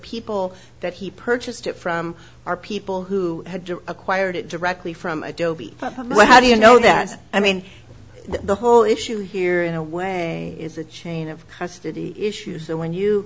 people that he purchased it from are people who had acquired it directly from adobe do you know that i mean the whole issue here in a way is a chain of custody issues so when you